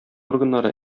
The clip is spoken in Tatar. органнары